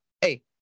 Hey